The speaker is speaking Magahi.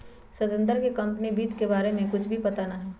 सत्येंद्र के कंपनी वित्त के बारे में कुछ भी पता ना हई